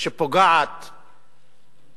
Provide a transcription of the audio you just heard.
שפוגעת גם באנשים פרטיים